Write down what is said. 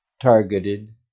targeted